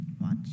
Watch